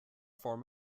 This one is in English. form